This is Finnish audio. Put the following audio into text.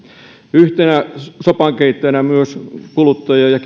yhtenä sopankeittäjänä on myös kilpailu ja